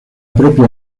propia